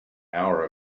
hour